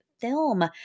film